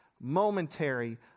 momentary